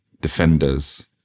defenders